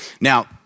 Now